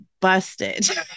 busted